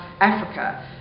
Africa